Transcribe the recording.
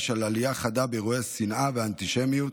של עלייה חדה באירועי שנאה ואנטישמיות,